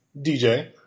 DJ